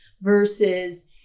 versus